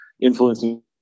influencing